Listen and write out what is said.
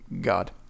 god